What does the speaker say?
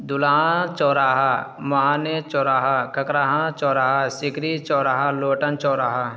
دلاں چوراہا معانے چوراہا ککراہاں چوراہا سیکری چوراہا لوٹن چوراہا